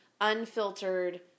unfiltered